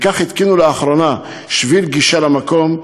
וכך התקינו לאחרונה שביל גישה למקום,